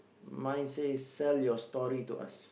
mine says sell your story to us